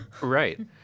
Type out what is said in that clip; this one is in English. Right